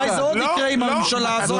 אולי זה עוד יקרה עם הממשלה הזאת,